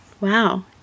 Wow